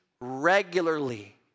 regularly